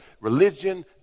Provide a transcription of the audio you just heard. religion